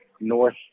north